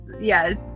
yes